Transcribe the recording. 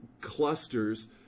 clusters